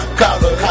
collar